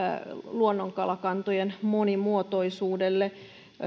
luonnonkalakantojen monimuotoisuudelle